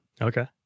okay